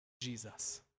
Jesus